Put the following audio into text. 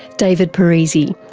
david parisi,